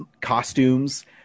costumes